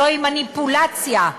זו מניפולציה,